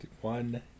One